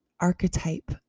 archetype